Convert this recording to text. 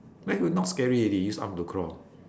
meg would not scary already use arm to crawl